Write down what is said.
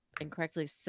incorrectly